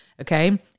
okay